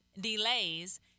delays